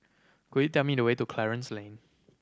could you tell me the way to Clarence Lane